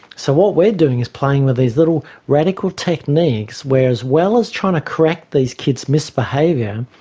so what we're doing is playing with these little radical techniques where as well as trying to correct these kids' misbehaviour,